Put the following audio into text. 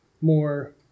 more